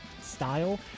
style